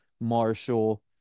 Marshall